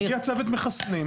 הצוות מחסן.